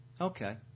Okay